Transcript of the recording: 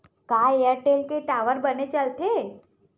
का एयरटेल के टावर बने चलथे?